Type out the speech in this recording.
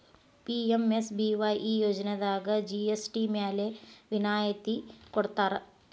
PMSBY ಈ ಯೋಜನಾದಾಗ GST ಮ್ಯಾಲೆ ವಿನಾಯತಿ ಕೊಡ್ತಾರಾ